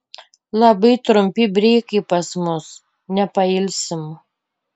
labai trumpi breikai pas mus nepailsim